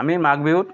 আমি মাঘবিহুত